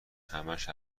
همش